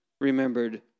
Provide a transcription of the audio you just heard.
remembered